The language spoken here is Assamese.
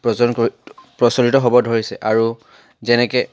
প্ৰচলিত হ'ব ধৰিছে আৰু যেনেকৈ